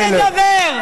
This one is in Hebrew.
בואו נדבר.